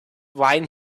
wine